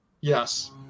Yes